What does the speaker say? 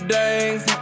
days